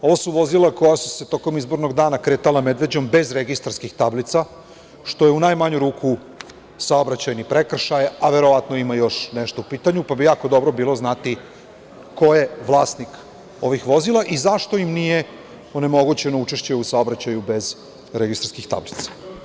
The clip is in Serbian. Ovo su vozila koja su se tokom izbornog dana kretala Medveđom bez registarskih tablica, što je u najmanju ruku saobraćajni prekršaj, a verovatno ima još nešto u pitanju, pa bi jako dobro bilo znati ko je vlasnik ovih vozila i zašto im nije onemogućeno učešće u saobraćaju bez registarskih tablica.